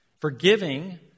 Forgiving